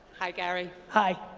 hi gary. hi.